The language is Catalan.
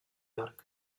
york